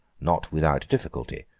not without difficulty,